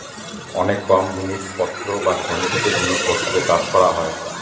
অনেক কম জিনিস পত্র বা সঞ্চিত জিনিস পত্র দিয়ে চাষ করা হয়